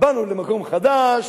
באנו למקום חדש,